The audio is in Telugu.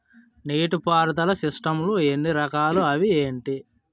నీటిపారుదల సిస్టమ్ లు ఎన్ని రకాలు? అవి ఏంటి?